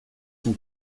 son